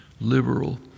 liberal